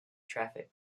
traffic